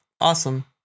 awesome